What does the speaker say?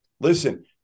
listen